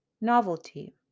novelty